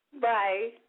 Bye